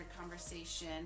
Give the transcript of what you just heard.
conversation